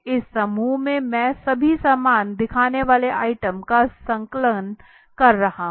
इस समूह में मैं सभी समान दिखने वाले आइटम का संकलन कर रहा हूँ